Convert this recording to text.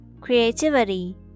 creativity